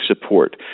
support